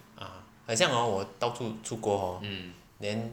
ah 很像 hor 我到处出国 hor then